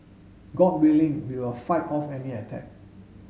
god willing we will fight off any attack